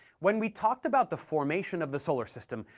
when we talked about the formation of the solar system,